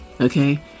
Okay